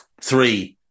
three